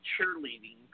cheerleading